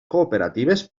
cooperatives